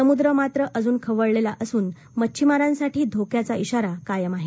समुद्र मात्र अजून खवळलेला असून मच्छमारांसाठी धोक्याचा इशारा कायम आहे